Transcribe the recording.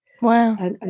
Wow